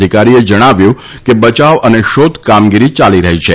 અધિકારીએ જણાવ્યું છે કે બચાવ અને શોધ કામગીરી યાલી રહી છે